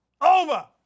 over